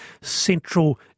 Central